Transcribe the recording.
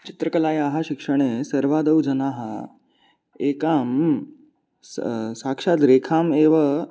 चित्रकलायाः शिक्षणे सर्वादौ जनाः एकां साक्षात् रेखामेव